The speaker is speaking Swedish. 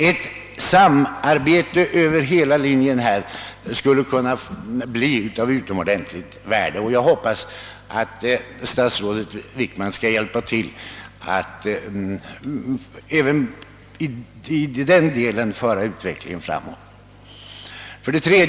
Ett samarbete över hela linjen skulle kunna bli av utomordentligt stort värde, och jag hoppas att statsrådet Wickman skall hjälpa till att även i den delen föra utvecklingen framåt.